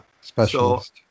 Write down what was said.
Specialist